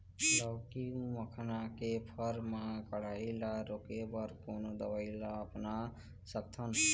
लाउकी मखना के फर मा कढ़ाई ला रोके बर कोन दवई ला अपना सकथन?